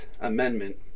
Amendment